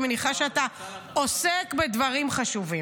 אני מניחה שאתה עוסק בדברים חשובים,